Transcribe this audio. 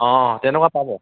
অঁ তেনেকুৱা পাব